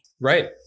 Right